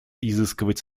изыскивать